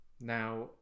Now